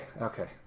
Okay